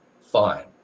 fine